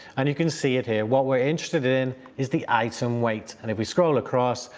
and you can see it here. what we're interested in is the item weight, and if we scroll across,